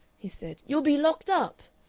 he said, you'll be locked up!